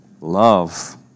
love